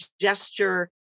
gesture